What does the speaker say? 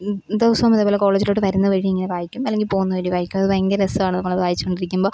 ദിവസവും ഇതേപോലെ കോളേജിലോട്ട് വരുന്ന വഴി ഇങ്ങനെ വായിക്കും അല്ലെങ്കിൽ പോകുന്ന വഴി വായിക്കും അത് ഭയങ്കര രസമാണ് നമ്മൾ അത് വായിച്ചു കൊണ്ടിരിക്കുമ്പോൾ